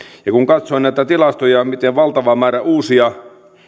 ja kun katsoo näitä tilastoja että miten valtava määrä uusia